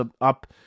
up